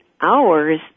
hours